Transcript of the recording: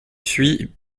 suye